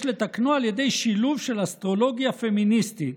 לתקנו על ידי שילוב של אסטרולוגיה פמיניסטית,